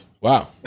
Wow